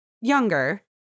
younger